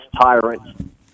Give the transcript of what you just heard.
tyrant